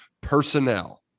PERSONNEL